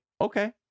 Okay